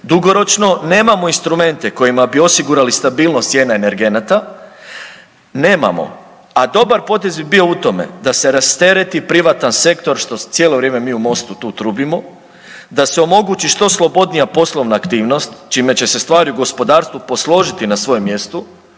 Dugoročno nemamo instrumente kojima bi osigurali stabilnost cijena energenata, a dobar potez bi bio u tome da se rastereti privatan sektor što cijelo vrijeme mi u MOST-u tu trubimo, da se omogući što slobodnija poslovna aktivnost čime će se stvari u gospodarstvu posložiti na svojem mjestu,